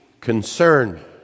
concern